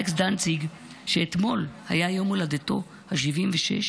אלכס דנציג, שאתמול היה יום הולדתו ה-76,